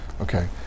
okay